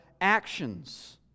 actions